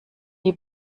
die